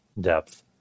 depth